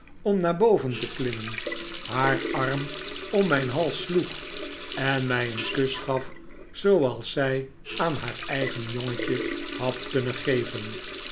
om naar boven te klimmen haar arm om mijn hals sloeg en mij een kus gaf zooals zij aan haar eigen jongetje had kunnen geven